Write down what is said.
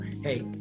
hey